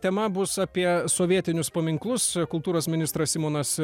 tema bus apie sovietinius paminklus kultūros ministras simonas